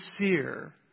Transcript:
sincere